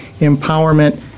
Empowerment